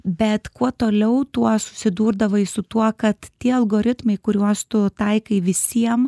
bet kuo toliau tuo susidurdavai su tuo kad tie algoritmai kuriuos tu taikai visiem